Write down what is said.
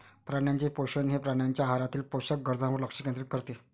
प्राण्यांचे पोषण हे प्राण्यांच्या आहारातील पोषक गरजांवर लक्ष केंद्रित करते